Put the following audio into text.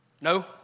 No